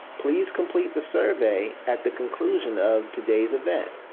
please complete the survey at the conclusion of today's event.